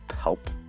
help